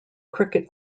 cricket